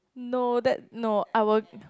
no that no I would